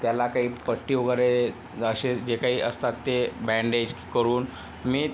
त्याला काही पट्टी वगैरे असे जे काही असतात ते बँडेज करून मी